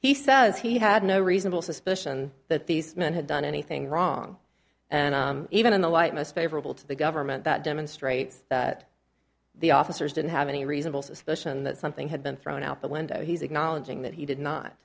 he says he had no reasonable suspicion that these men had done anything wrong and even in the light most favorable to the government that demonstrates that the officers didn't have any reasonable suspicion that something had been thrown out the window he's acknowledging that he did not